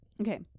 Okay